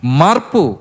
marpu